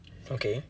okay